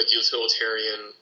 utilitarian